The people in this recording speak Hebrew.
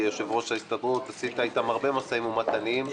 כיושב-ראש ההסתדרות עשית איתם המון משאים ומתנים.